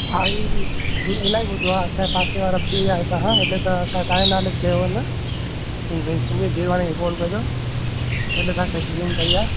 हा ई इलाही ॿुधियो आहे असांजे पासे वारो थी आहियां हिता खां हिन त असांजे तव्हांजे नाले चयो आहे न कि भई सुमित देवाणी खे फोन कजो हिन लाइ तव्हांजे साइकलिंग कई आहे